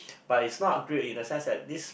but it's not great in the sense that this